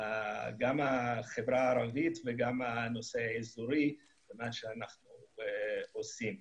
לחברה הערבית וגם הנושא האזורי ומה שאנחנו עושים.